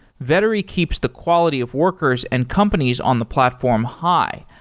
vettery keeps the quality of workers and companies on the platform high,